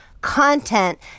content